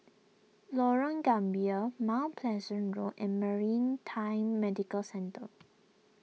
Lorong Gambir Mount Pleasant Road and Maritime Medical Centre